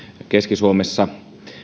keski suomessa